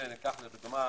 למשל,